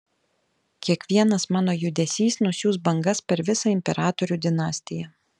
kiekvienas mano judesys nusiųs bangas per visą imperatorių dinastiją